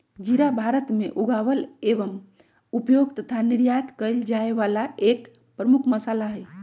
जीरा भारत में उगावल एवं उपयोग तथा निर्यात कइल जाये वाला एक प्रमुख मसाला हई